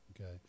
okay